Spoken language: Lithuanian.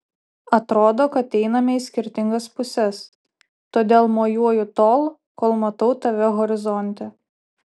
atrodo kad einame į skirtingas puses todėl mojuoju tol kol matau tave horizonte